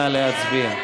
נא להצביע.